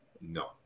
No